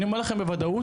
אני אומר לכם בוודאות,